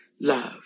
love